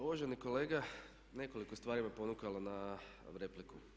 Pa uvaženi kolega nekoliko stvari me ponukalo na repliku.